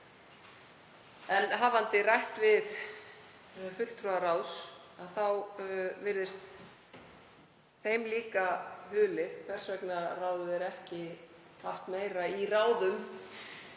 En hafandi rætt við fulltrúa ráðsins virðist þeim líka hulið hvers vegna ráðið er ekki haft meira í ráðum